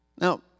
Now